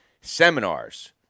seminars